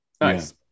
Nice